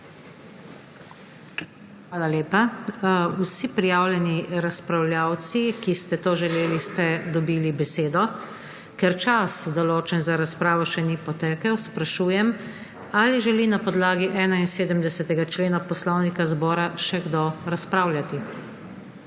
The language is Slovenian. Hvala lepa. Vsi prijavljeni razpravljavci, ki ste to želeli, ste dobili besedo. Ker čas, določen za razpravo, še ni potekel, sprašujem, ali želi na podlagi 71. člena Poslovnika Državnega zbora še kdo razpravljati.